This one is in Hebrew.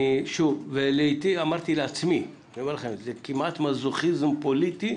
אמרתי לעצמי, זה כמעט מזוכיזם פוליטי